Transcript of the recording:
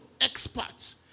experts